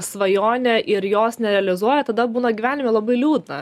svajonę ir jos nerealizuoja tada būna gyvenime labai liūdna